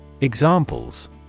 Examples